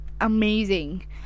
amazing